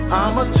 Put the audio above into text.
I'ma